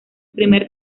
primer